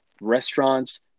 restaurants